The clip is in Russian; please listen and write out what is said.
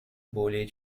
более